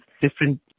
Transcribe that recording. different